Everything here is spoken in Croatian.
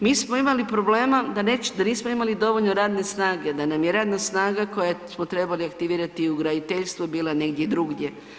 Mi smo imali problema, da nismo imali dovoljno radne snage, da nam je radna snaga koju smo trebali aktivirati i u graditeljstvu bila negdje drugdje.